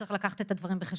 וצריך לקחת את הדברים בחשבון.